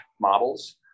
models